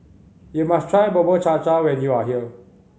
you must try Bubur Cha Cha when you are here